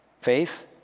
Faith